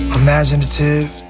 imaginative